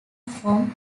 from